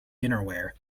dinnerware